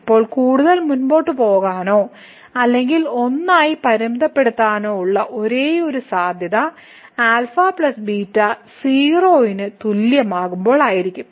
ഇപ്പോൾ കൂടുതൽ മുന്നോട്ട് പോകാനോ അല്ലെങ്കിൽ 1 ആയി പരിമിതപ്പെടുത്താനോ ഉള്ള ഒരേയൊരു സാധ്യത α 0 0 ന് തുല്യമാകുമ്പോൾ ആയിരിക്കും